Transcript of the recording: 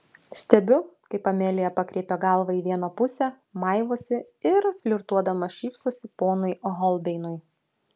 stebiu kaip amelija pakreipia galvą į vieną pusę maivosi ir flirtuodama šypsosi ponui holbeinui